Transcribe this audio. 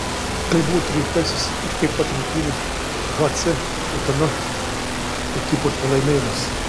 tai buvo tryliktasis iš tiek pat rungtynių hc utena ekipos pralaimėjimas